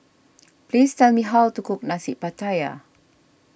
please tell me how to cook Nasi Pattaya